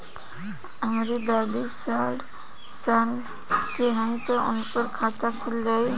हमरे दादी साढ़ साल क हइ त उनकर खाता खुल जाई?